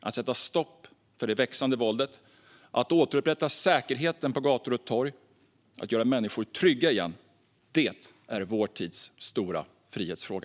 Att sätta stopp för det växande våldet, återupprätta säkerheten på gator och torg och göra människor trygga igen är vår tids stora frihetsfråga.